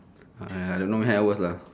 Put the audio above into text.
I I don't know that worse lah